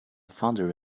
father